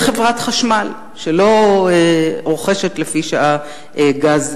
שכביכול "החברה לישראל" העדיפה לרכוש גז מצרי